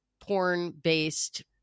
porn-based